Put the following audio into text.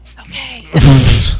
okay